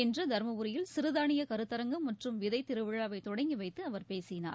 இன்று தர்மபுரியில் சிறுதானிய கருத்தரங்கம் மற்றும் விதைத் திருவிழாவை தொடங்கி வைத்து அவர் பேசினார்